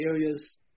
areas